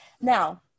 Now